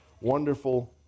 Wonderful